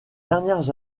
dernières